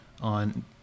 on